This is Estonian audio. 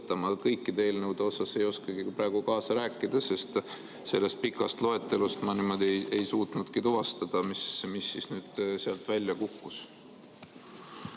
Ma kõikide eelnõude osas ei oskagi praegu kaasa rääkida, sest sellest pikast loetelust ma ei suutnudki tuvastada, mis nüüd sealt välja kukkus.